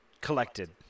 collected